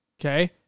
Okay